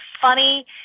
funny